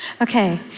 Okay